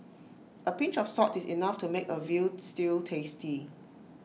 A pinch of salt is enough to make A Veal Stew tasty